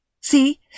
See